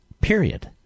period